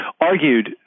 argued